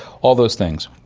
all those things.